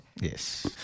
Yes